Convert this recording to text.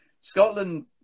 Scotland